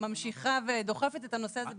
אנחנו כגוף חייבים לתת את התשובות להם ולמשפחות שלהם.